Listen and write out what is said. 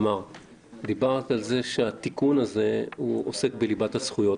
דיברת על זה שהתיקון הזה עוסק בליבת הזכויות.